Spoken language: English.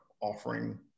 offering